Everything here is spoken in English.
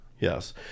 yes